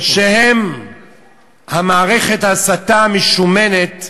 שהם מערכת ההסתה המשומנת,